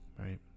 right